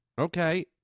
Okay